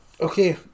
Okay